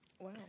Wow